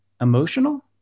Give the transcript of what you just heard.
emotional